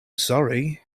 sorry